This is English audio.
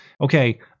Okay